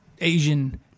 Asian